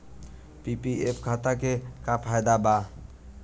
PPF खाता के का फायदा बा?